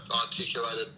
articulated